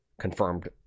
confirmed